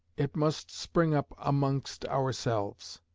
it must spring up amongst ourselves.